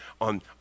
on